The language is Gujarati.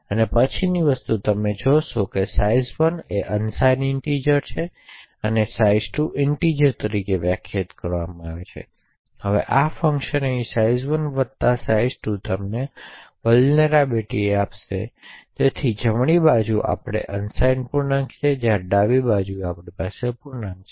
પછીની વસ્તુ તમે જોશો કે size1 અનસાઇન int છે અને size2 પૂર્ણાંક તરીકે વ્યાખ્યાયિત કરવામાં આવી છે હવે આ ફંકશન અહીં size1 વત્તા size2 તમને vulnerability આપશે તેથી જમણી બાજુ આપણે અનસાઇન પૂર્ણાંક છે જ્યારે ડાબી બાજુ પર આપણે પૂર્ણાંક છે